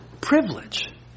privilege